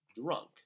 drunk